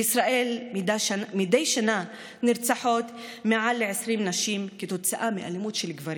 בישראל מדי שנה נרצחות מעל ל-20 נשים כתוצאה מאלימות של גברים.